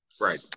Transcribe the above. Right